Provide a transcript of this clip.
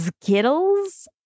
Skittles